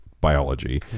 biology